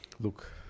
look